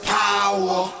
power